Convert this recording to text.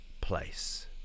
place